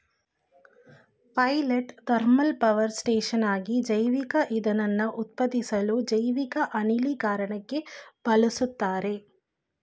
pilot thermal power ಸ್ಟೇಷನ್ಗಾಗಿ ಜೈವಿಕಇಂಧನನ ಉತ್ಪಾದಿಸ್ಲು ಜೈವಿಕ ಅನಿಲೀಕರಣಕ್ಕೆ ಬಳುಸ್ತಾರೆ